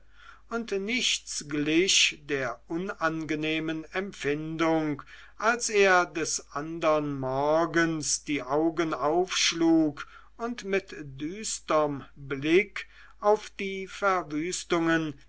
und nichts glich der unangenehmen empfindung als er des andern morgens die augen aufschlug und mit düsterm blick auf die verwüstungen